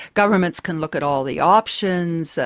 governments can look at all the options,